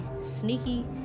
sneaky